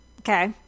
okay